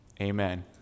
Amen